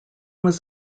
was